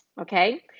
Okay